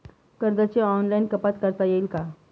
कर्जाची ऑनलाईन कपात करता येईल का?